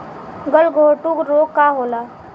गलघोंटु रोग का होला?